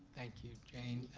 thank you jane.